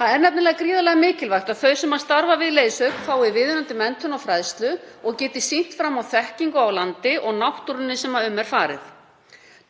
Það er nefnilega gríðarlega mikilvægt að þau sem starfa við leiðsögn fái viðunandi menntun og fræðslu og geti sýnt fram á þekkingu á landi og náttúrunni sem um er farið.